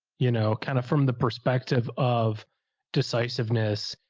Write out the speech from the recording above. you know, kind of from the perspective of decisiveness.